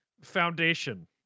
Foundation